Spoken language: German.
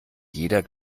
jeder